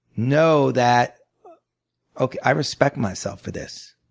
know that okay, i respect myself for this.